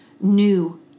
new